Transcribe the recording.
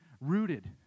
Rooted